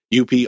UP